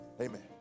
Amen